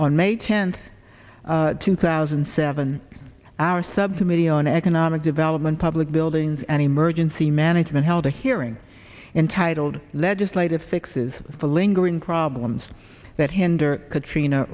tenth two thousand and seven our subcommittee on economic development public buildings and emergency management held a hearing entitled legislative fixes for lingering problems that hinder katrina